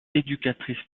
éducatrice